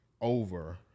over